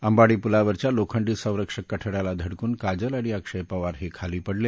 अंबाडी पुलावरच्या लोखंडी संरक्षक कठड्याला धडकून काजल आणि अक्षय पवार हे खाली पडले